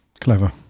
Clever